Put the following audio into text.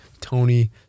Tony